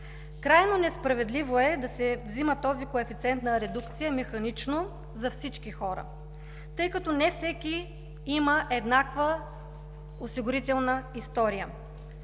Крайно несправедливо е да се взима механично този коефициент на редукция за всички хора, тъй като не всеки има еднаква осигурителна история.